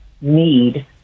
need